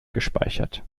gespeichert